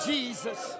Jesus